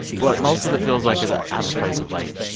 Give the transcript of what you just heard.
but most of it feels like it's a out of of place of, like,